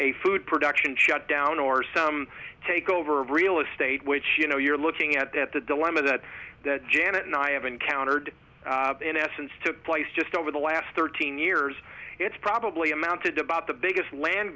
a food production shutdown or some takeover of real estate which you know you're looking at that the dilemma that janet and i have encountered in essence took place just over the last thirteen years it's probably amounted to about the biggest land